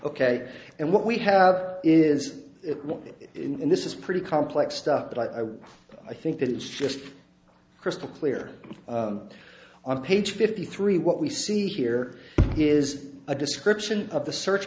ok and what we have is in this is pretty complex stuff but i would i think that it's just crystal clear on page fifty three what we see here is a description of the search